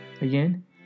Again